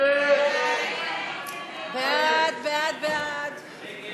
ההסתייגות של קבוצת סיעת